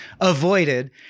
avoided